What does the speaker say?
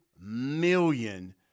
million